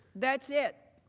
that's it.